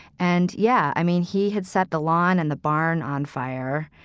and yeah, i mean, he had set the lawn and the barn on fire.